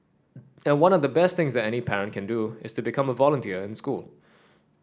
and one of the best things that any parent can do is become a volunteer in school